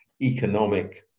economic